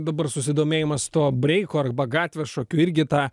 dabar susidomėjimas tuo breiku arba gatvės šokiu irgi tą